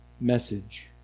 message